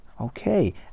okay